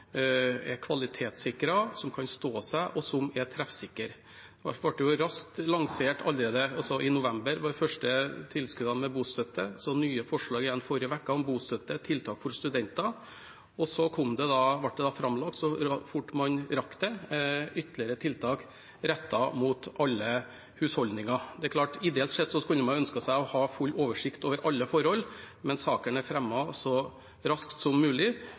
som kan stå seg, og som er treffsikre. De første tilskuddene med bostøtte ble raskt lansert – allerede i november. Så kom det nye forslag igjen i forrige uke om bostøtte, tiltak for studenter, og så fort man rakk det, ble det framlagt ytterligere tiltak rettet mot alle husholdninger. Det er klart at man ideelt sett skulle ønsket seg å ha full oversikt over alle forhold, men saken er fremmet så raskt som mulig